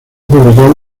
fabricado